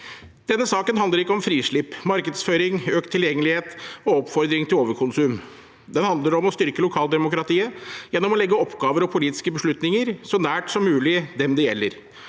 Denne saken handler ikke om frislipp, markedsføring, økt tilgjengelighet eller oppfordring til overkonsum. Den handler om å styrke lokaldemokratiet gjennom å legge oppgaver og politiske beslutninger så nært dem det gjelder,